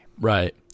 Right